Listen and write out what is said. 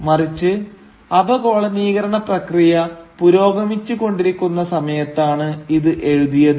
മറിച്ച് അപകോളനീകരണ പ്രക്രിയ പുരോഗമിച്ചുകൊണ്ടിരിക്കുന്ന സമയത്താണ് ഇത് എഴുതിയത്